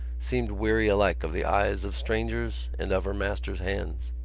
seemed weary alike of the eyes of strangers and of her master's hands.